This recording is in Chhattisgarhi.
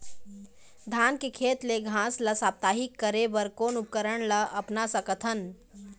धान के खेत ले घास ला साप्ताहिक करे बर कोन उपकरण ला अपना सकथन?